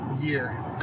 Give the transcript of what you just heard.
year